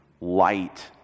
light